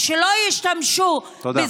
ושלא ישתמשו, תודה.